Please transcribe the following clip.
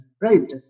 right